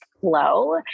flow